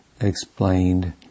explained